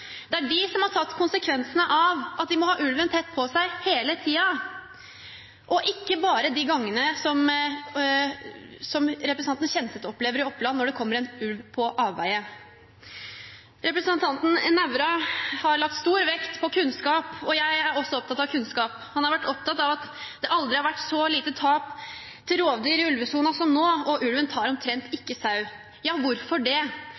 Det er de som har tatt konsekvensene av å ha ulven tett innpå seg hele tiden – ikke bare de gangene representanten Kjenseth opplever det når det kommer en ulv på avveier i Oppland. Representanten Nævra har lagt stor vekt på kunnskap, og jeg er også opptatt av kunnskap. Han har vært opptatt av at det aldri har vært så lite tap til rovdyr i ulvesonen som nå, og at ulven omtrent ikke tar sau. Hvorfor det?